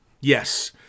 Yes